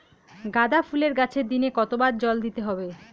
গাদা ফুলের গাছে দিনে কতবার জল দিতে হবে?